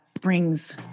brings